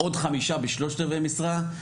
עוד חמישה ב-3/4 משרה,